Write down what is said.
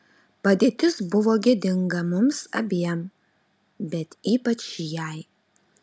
padėtis buvo gėdinga mums abiem bet ypač jai